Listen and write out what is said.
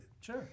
Sure